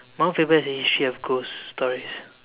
Mount Faber has a history of ghost stories